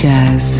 Jazz